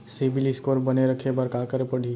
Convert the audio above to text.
CIBIL score बने रखे बर का करे पड़ही?